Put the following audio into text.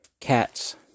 cats